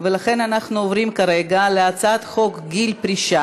אני קובעת כי הצעת חוק מסגרות המשך יום לימודים